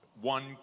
one